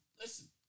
listen